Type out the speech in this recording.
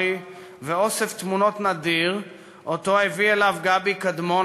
ואוסף תמונות נדיר שהביא לו גבי קדמון,